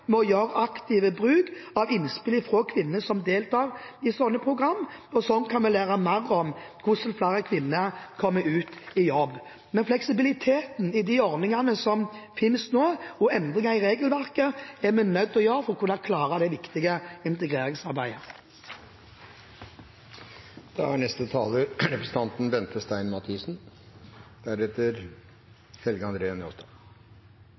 gjøre aktivt bruk av innspill fra kvinnene som deltar i sånne program. Da kan vi lære mer om hvordan flere kvinner kan komme ut i jobb. Men fleksibilitet i de ordningene som finnes nå, og endringer i regelverket er vi nødt til å få for å klare det viktige integreringsarbeidet.